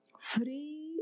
free